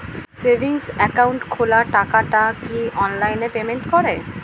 Savings account খোলা টাকাটা কি অনলাইনে পেমেন্ট করে?